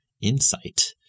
insight